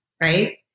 right